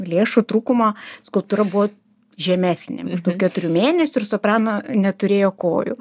lėšų trūkumo skulptūra buvo žemesnė maždaug keturių mėnesių ir soprano neturėjo kojų